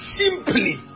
simply